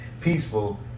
peaceful